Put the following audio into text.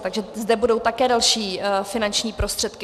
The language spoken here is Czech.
Takže zde budou také další finanční prostředky.